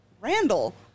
Randall